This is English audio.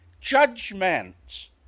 judgment